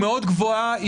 היא גבוהה מאוד.